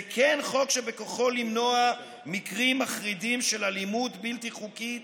זה כן חוק שבכוחו למנוע מקרים מחרידים של אלימות בלתי חוקית